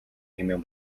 хэмээн